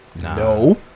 No